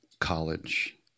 college